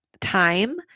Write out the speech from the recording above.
time